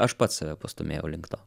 aš pats save pastūmėjau link to